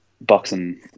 boxing